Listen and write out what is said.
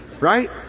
right